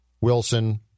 Wilson